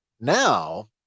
Now